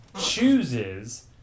chooses